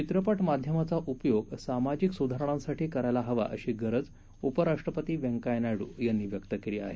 चित्रपट माध्यमाचा उपयोग सामाजिक सुधारणांसाठी करायला हवा अशी गरज उपराष्ट्रपती व्यंकय्या नायडू यांनी व्यक्त केली आहे